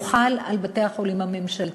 והוא חל על בתי-החולים הממשלתיים.